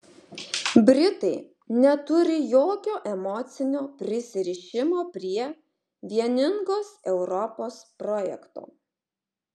britai neturi jokio emocinio prisirišimo prie vieningos europos projekto